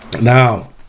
now